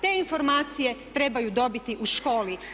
Te informacije trebaju dobiti u školi.